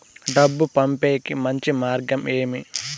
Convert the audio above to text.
డబ్బు పంపేకి మంచి మార్గం ఏమి